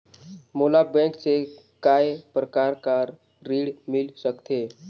मोला बैंक से काय प्रकार कर ऋण मिल सकथे?